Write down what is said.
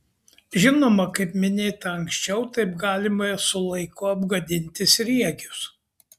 žinoma kaip minėta anksčiau taip galima su laiku apgadinti sriegius